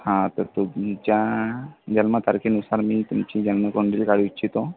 हा तर तुमच्या जन्मतारखेनुसार मी तुमची जन्मकुंडली काढू इच्छितो